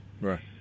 Right